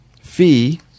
fee